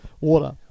Water